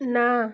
ନା